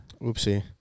Oopsie